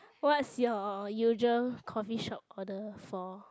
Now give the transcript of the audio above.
what's your usual coffeeshop order for